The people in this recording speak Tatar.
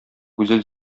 гүзәл